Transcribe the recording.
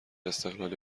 استقلالی